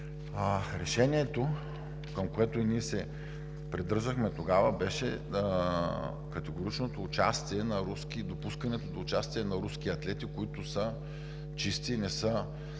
Решението, към което и ние се придържахме тогава, беше за категоричното участие, допускането до участие на руски атлети, които са чисти и не са